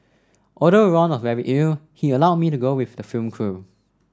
although Ron was very ill he allowed me to go with the film crew